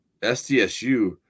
SDSU